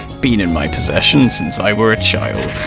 been in my possession since i were a child.